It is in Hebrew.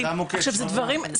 עכשיו זה דברים,